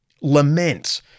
lament